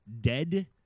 dead